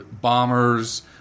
bombers